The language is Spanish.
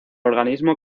organismo